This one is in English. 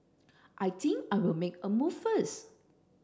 I think I will make a move first